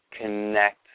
connect